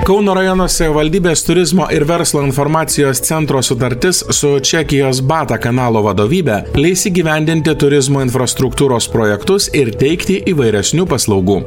kauno rajono savivaldybės turizmo ir verslo informacijos centro sutartis su čekijos bata kanalo vadovybe leis įgyvendinti turizmo infrastruktūros projektus ir teikti įvairesnių paslaugų